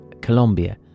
Colombia